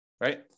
right